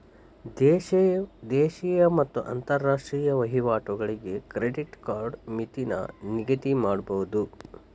ದೇಶೇಯ ಮತ್ತ ಅಂತರಾಷ್ಟ್ರೇಯ ವಹಿವಾಟುಗಳಿಗೆ ಕ್ರೆಡಿಟ್ ಕಾರ್ಡ್ ಮಿತಿನ ನಿಗದಿಮಾಡಬೋದು